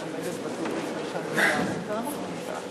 כבוד גדול הוא לי לברך גם את חבר הכנסת הצעיר,